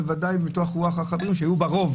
ובוודאי מתוך רוח החברים שהיו בה רוב